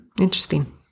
Interesting